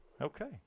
Okay